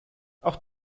auch